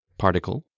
Particle